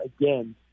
again